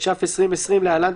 התש"ף 2020‏ (להלן,